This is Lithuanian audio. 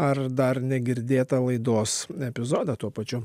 ar dar negirdėtą laidos epizodą tuo pačiu